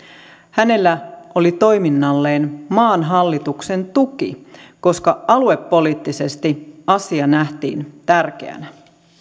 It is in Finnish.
hänellä oli toiminnalleen maan hallituksen tuki koska aluepoliittisesti asia nähtiin tärkeänä